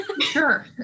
sure